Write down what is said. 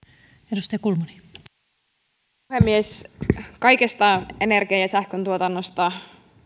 arvoisa rouva puhemies kaikesta energian ja sähköntuotannosta